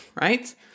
right